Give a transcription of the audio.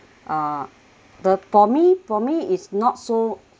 uh the for me for me it's not so